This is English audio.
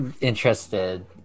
interested